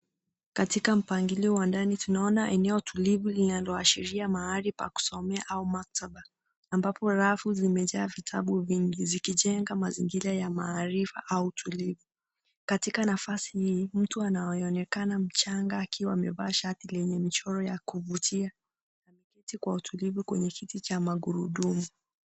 Katika mpangilio wa ndani tunaona eneo tulivu linaloashiria mahali pa kusomea ama maktaba, ambapo rafu zimejaa vitabu vingi, zikijenga mazingira ya maarifa au tulivu. Katika nafasi hii, mtu anayeonekana mchanga akiwa amevaa shati lenye michoro ya kuvutia, ameketi kwa utulivu kwenye kiti cha magurudumu.